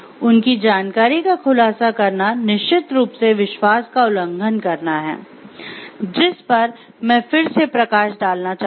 उनकी जानकारी का खुलासा करना निश्चित रूप से विश्वास का उल्लंघन करना है जिस पर मैं फिर से प्रकाश डालना चाहूंगा